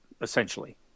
essentially